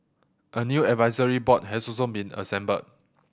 a new advisory board has also been assembled